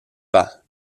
pas